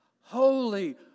Holy